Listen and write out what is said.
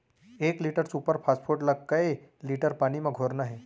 एक litre super phosphate ला कए लीटर पानी मा घोरना हे?